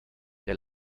der